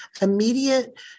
immediate